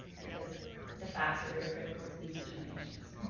because the facts are very critical to these determinations.